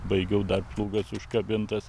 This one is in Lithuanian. baigiau dar plūgas užkabintas